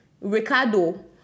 Ricardo